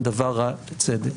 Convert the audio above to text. הם דבר רע לצדק.